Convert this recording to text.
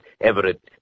Everett